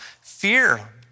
fear